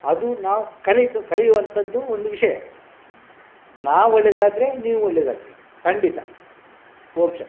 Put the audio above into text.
ಅದು ನಾವು ಕಲಿಯುವಂತಹದ್ದು ಒಂದು ವಿಷಯ ನಾವು ಒಳ್ಳೆಯದಾದ್ರೆ ನೀವು ಒಳ್ಳೆಯದಾಗ್ತೀರಿ ಖಂಡಿತ ಓಂ ಶಕ್ತಿ